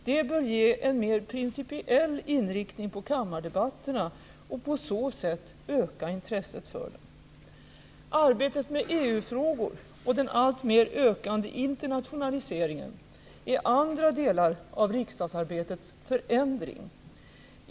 Det bör ge en mer principiell inriktning på kammardebatterna och på så sätt öka intresset för dem. Arbetet med EU-frågor och den alltmer ökande internationaliseringen är andra delar av riksdagsarbetets förändring.